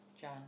John